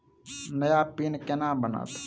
नया पिन केना बनत?